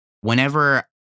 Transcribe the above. whenever